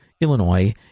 Illinois